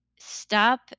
stop